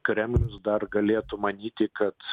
kremlius dar galėtų manyti kad